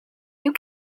you